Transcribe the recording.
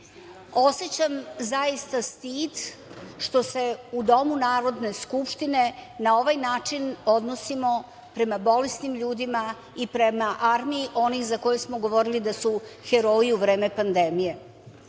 zaista stid što se u domu Narodne skupštine na ovaj način odnosimo prema bolesnim ljudima i prema armiji onih za koje smo govorili da su heroji u vreme pandemije. Zapravo,